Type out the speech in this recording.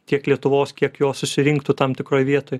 tiek lietuvos kiek jo susirinktų tam tikroj vietoj